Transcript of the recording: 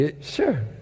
Sure